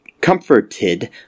comforted